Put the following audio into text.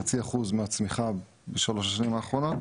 חצי אחוז מהצמיחה בשלוש השנים האחרונות,